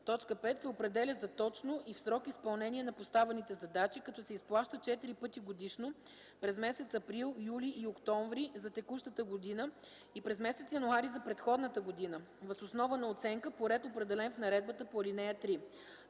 7, т. 5 се определя за точно и в срок изпълнение на поставените задачи, като се изплаща четири пъти годишно – през месец април, юли и октомври за текущата година и през месец януари – за предходната година, въз основа на оценка по ред, определен в наредбата по ал. 3.